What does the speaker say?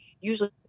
usually